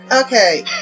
Okay